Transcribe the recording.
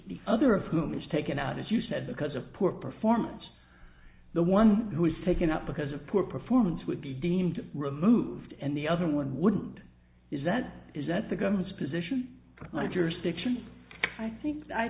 the other of whom is taken out as you said because of poor performance the one who is taken up because of poor performance would be deemed to be removed and the other one wouldn't is that is that the government's position